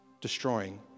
destroying